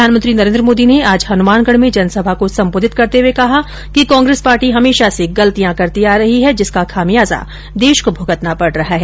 प्रधानमंत्री नरेन्द्र मोदी ने आज हनुमानगढ़ में जनसभा को संबोधित करते हुए कहा कि कांग्रेस पार्टी हमेशा से गलतियां करती आ रही है जिसका खामियाजा देश को भुगतना पड रहा है